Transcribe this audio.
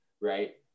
right